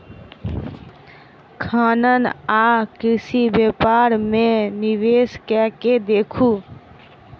खनन आ कृषि व्यापार मे निवेश कय के देखू